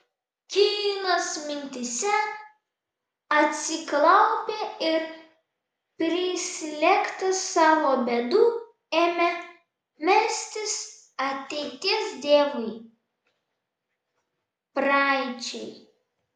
kynas mintyse atsiklaupė ir prislėgtas savo bėdų ėmė melstis ateities dievui praeičiai